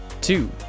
two